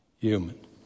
human